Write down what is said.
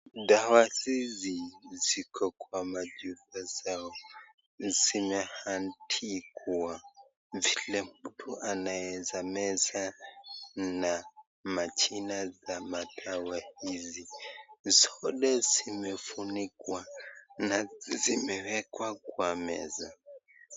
Dawa zizi ziko kwa machupa zao, zimeandikwa vile mtu anaeza meza na majina za madawa hizi, zote zimefunikwa na zimewekwa kwa meza.